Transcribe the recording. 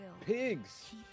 pigs